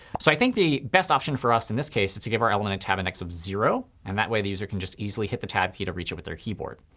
so i think the best option for us in this case is to give our element a tab index of zero, and that way the user can just easily hit the tab key to reach it with their keyboard.